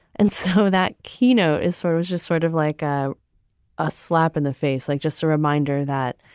and so that kino is sort of is just sort of like ah a slap in the face, like just a reminder that,